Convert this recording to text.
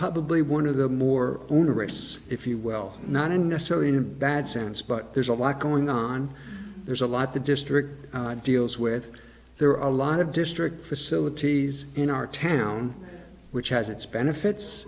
probably one of the more onerous if you will not in necessarily in a bad sense but there's a lot going on there's a lot the district deals with there are a lot of district facilities in our town which has its benefits